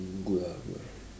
good ah good ah